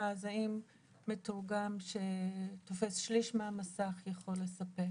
ואז האם מתורגמן שתופס שליש מהמסך יכול לספק?